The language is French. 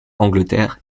angleterre